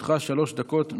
לרשותך שלוש דקות מלאות.